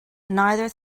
neither